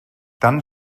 dann